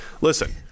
Listen